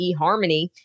eHarmony